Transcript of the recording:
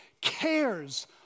cares